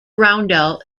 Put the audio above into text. roundel